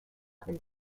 and